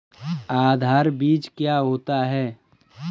आधार बीज क्या होता है?